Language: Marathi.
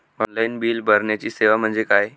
ऑनलाईन बिल भरण्याची सेवा म्हणजे काय?